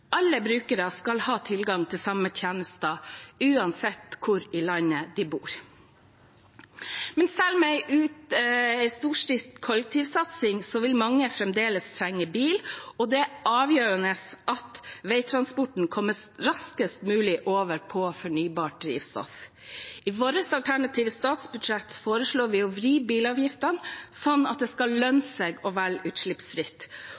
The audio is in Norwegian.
Alle brukere skal ha tilgang til samme tjenester, uansett hvor i landet de bor. Men selv med en storstilt kollektivsatsing vil mange fremdeles trenge bil, og det er avgjørende at veitransporten kommer raskest mulig over på fornybart drivstoff. I vårt alternative statsbudsjett foreslår vi å vri bilavgiftene slik at det skal lønne seg å velge utslippsfritt,